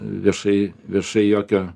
viešai viešai jokio